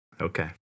Okay